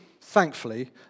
thankfully